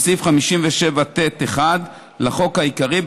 בסעיף 57(ט)(1) לחוק העיקרי,